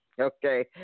Okay